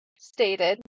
stated